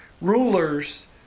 rulers